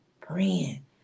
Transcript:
Praying